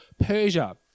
Persia